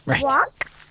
walk